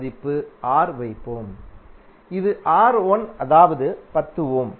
மதிப்பு வைப்போம் இது R1 அதாவது 10 ஓம்